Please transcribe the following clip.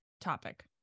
topic